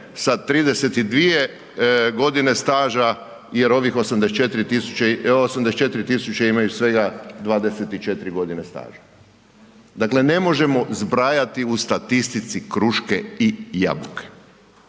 sa 32 g. staža jer ovih 84 000 imaju svega 24 g. staža. Dakle ne možemo zbrajati u statistici kruške i jabuke.